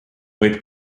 võib